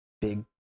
big